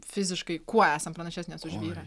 fiziškai kuo esam pranašesnės už vyrą